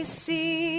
see